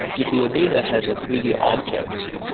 if your data has three d objects,